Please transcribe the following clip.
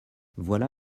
voilà